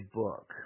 book